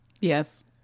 Yes